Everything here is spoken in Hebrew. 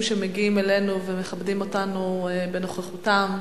שמגיעים אלינו ומכבדים אותנו בנוכחותם,